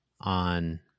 on